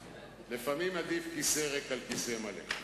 לפעמים עדיף כיסא ריק על כיסא מלא.